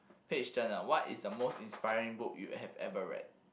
page turner what is the most inspiring book you have ever read